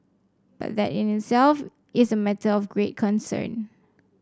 but that in itself is a matter of great concern